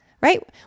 right